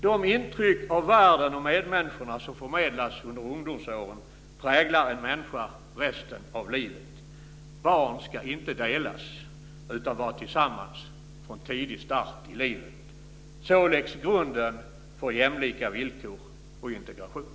De intryck av världen och medmänniskorna som förmedlas under ungdomsåren präglar en människa resten av livet. Barn ska inte delas upp utan vara tillsammans från tidig start i livet. Så läggs grunden för jämlika villkor och integration.